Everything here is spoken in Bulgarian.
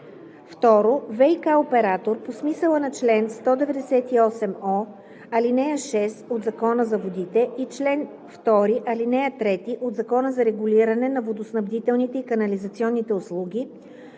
2. ВиК оператор по смисъла на чл. 198о, ал. 6 от Закона за водите и чл. 2, ал. 3 от Закона за регулиране на водоснабдителните и канализационните услуги